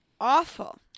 awful